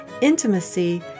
intimacy